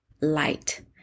light